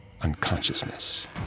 unconsciousness